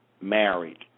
married